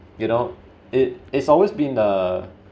you know it it's always been the